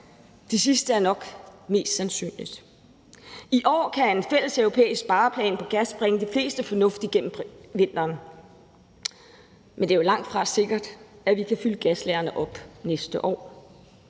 det sidste er nok mest sandsynligt. I år kan en fælleseuropæisk spareplan for gas bringe de fleste fornuftigt igennem vinteren, men det er jo langtfra sikkert, at vi kan fylde gaslagrene op næste år.